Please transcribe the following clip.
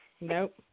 Nope